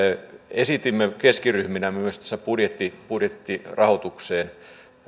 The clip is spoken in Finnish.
esitimme keskiryhminä myös budjettirahoitukseen